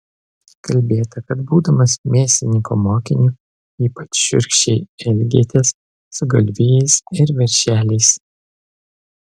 kalbėta kad būdamas mėsininko mokiniu ypač šiurkščiai elgėtės su galvijais ir veršeliais